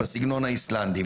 בסגנון האיסלנדי.